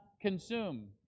consume